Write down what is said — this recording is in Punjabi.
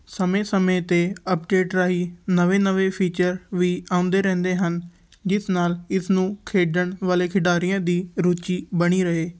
ਸਮੇਂ ਸਮੇਂ 'ਤੇ ਅਪਡੇਟ ਰਾਹੀਂ ਨਵੇਂ ਨਵੇਂ ਫੀਚਰ ਵੀ ਆਉਂਦੇ ਰਹਿੰਦੇ ਹਨ ਜਿਸ ਨਾਲ਼ ਇਸ ਨੂੰ ਖੇਡਣ ਵਾਲੇ ਖਿਡਾਰੀਆਂ ਦੀ ਰੁਚੀ ਬਣੀ ਰਹੇ